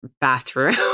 bathroom